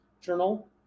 journal